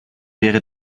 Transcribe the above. wäre